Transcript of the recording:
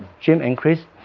jim and kris